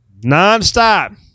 Nonstop